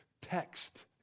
text